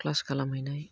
class खालामहैनाय